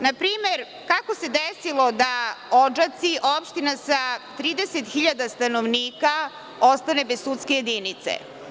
Na primer, kako se desilo da Odžaci, opština sa 30.000 stanovnika, ostane bez sudske jedinice?